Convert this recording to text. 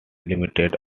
limited